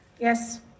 Yes